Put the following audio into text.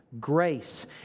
Grace